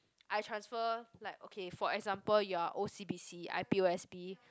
I transfer like okay for example you are O_C_B_C I P_O_S_B